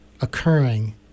occurring